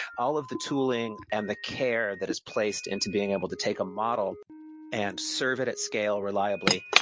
all of the tooling and the care that is placed into being able to take a model and serve it at scale reliably,